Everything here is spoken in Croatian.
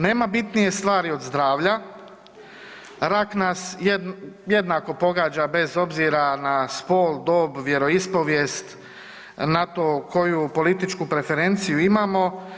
Nema bitnije stvari od zdravlja, rak nas jednako pogađa bez obzira na spol, dob, vjeroispovijest, na to koju političku preferenciju imamo.